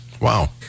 Wow